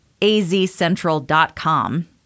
azcentral.com